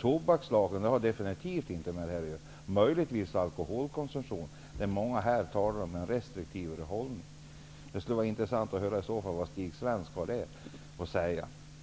Tobakslagen har definitivt inte med det här att göra. Möjligtvis kan alkoholkonsumtionen höra hit -- många här talar om en restriktivare hållning. Det vore i så fall intressant att höra vad Lars Svensk har att säga om detta.